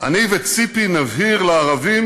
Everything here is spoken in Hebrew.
אני וציפי נבהיר לערבים